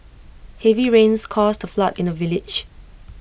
heavy rains caused A flood in the village